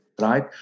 right